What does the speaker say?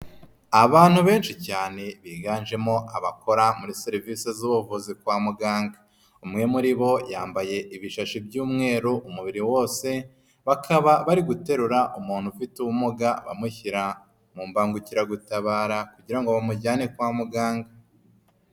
Abantu benshi cyane biganjemo abakora muri serivisi z'ubuvuzi kwa muganga. Umwe muri bo yambaye ibishashi by'umweru umubiri wose, bakaba bari guterura umuntu ufite ubumuga bamushyira mu mbangukiragutabara kugira ngo bamujyane kwa muganga.